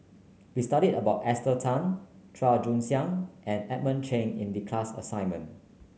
we studied about Esther Tan Chua Joon Siang and Edmund Cheng in the class assignment